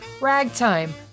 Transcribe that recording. ragtime